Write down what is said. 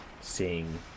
seeing